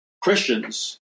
Christians